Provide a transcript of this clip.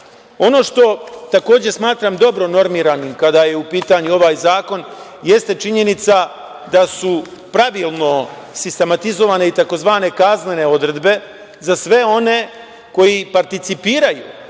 što takođe smatram dobro normiranim kada je u pitanju ovaj zakon jeste činjenica da su pravilno sistematizovane kaznene odredbe za sve one koji participiraju